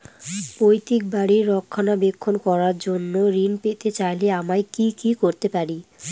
পৈত্রিক বাড়ির রক্ষণাবেক্ষণ করার জন্য ঋণ পেতে চাইলে আমায় কি কী করতে পারি?